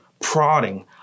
prodding